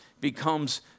becomes